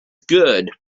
good